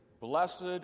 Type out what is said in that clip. ...Blessed